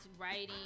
writing